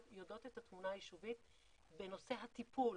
יודעות את התמונה היישובית בנושא הטיפול